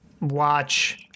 watch